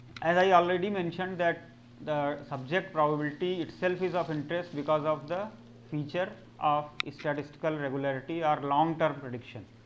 as i already mentioned that the subject probability itself is of interest, because of the feature of a statistical regularity or long term prediction.